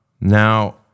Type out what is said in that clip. Now